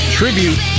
tribute